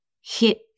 hit